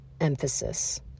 emphasis